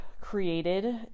created